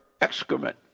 excrement